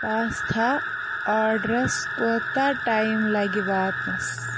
pasta آڈرَس کوٗتاہ time لگہِ واتنَس